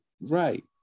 Right